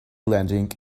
landing